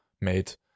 made